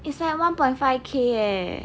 is like one point five K eh